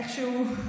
איכשהו,